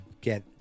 get